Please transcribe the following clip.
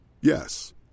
Yes